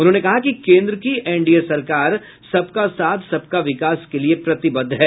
उन्होंने कहा कि केंद्र की एनडीए सरकार सबका साथ सबका विकास के लिये प्रतिबद्ध है